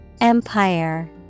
Empire